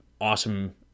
awesome